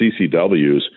CCWs